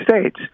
States